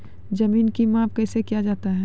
जमीन की माप कैसे किया जाता हैं?